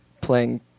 playing